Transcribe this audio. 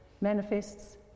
Manifests